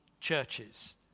churches